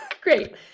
Great